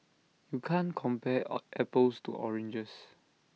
you can't compare all apples to oranges